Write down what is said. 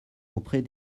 auprès